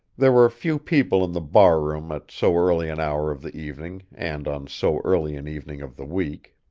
there were few people in the barroom at so early an hour of the evening and on so early an evening of the week.